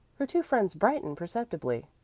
her two friends brightened perceptibly.